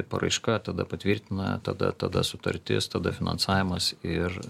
paraiška tada patvirtina tada tada sutartis tada finansavimas ir